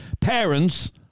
parents